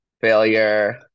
Failure